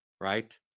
right